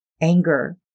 anger